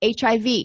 HIV